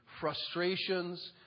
frustrations